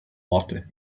worte